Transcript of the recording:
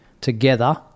together